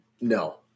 no